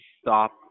stop